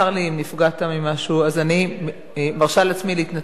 צר לי אם נפגעת ממשהו, אז אני מרשה לעצמי להתנצל.